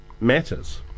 matters